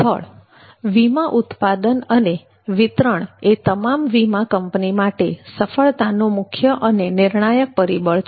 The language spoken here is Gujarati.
સ્થળ વીમા ઉત્પાદન અને વિતરણ એ તમામ વીમા કંપની માટે સફળતાનો મુખ્ય અને નિર્ણાયક પરિબળ છે